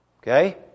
Okay